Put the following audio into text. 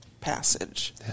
passage